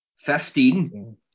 fifteen